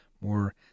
more